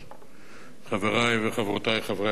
חברי וחברותי חברי הכנסת,